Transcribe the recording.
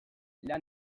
lan